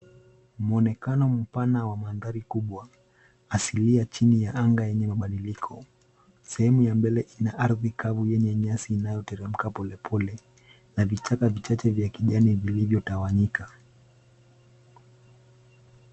Muonekano mpana wa mandhari kubwa, asilia chini ya anga yenye mabadiliko. Sehemu ya mbele ina ardhi kavu yenye nyasi inayo teremka pole pole na vichaka vichache vya kijani vilivyo tawanyika.